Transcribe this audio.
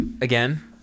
again